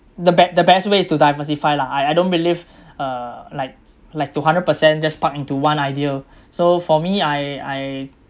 the bet~ the best way is to diversify lah I I don't believe uh like like to hundred per cent just park into one idea so for me I I